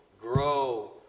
grow